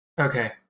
Okay